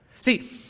See